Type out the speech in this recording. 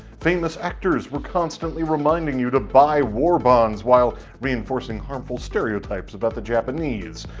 famous actors were constantly reminding you to buy war bonds while reinforcing harmful stereotypes about the japanese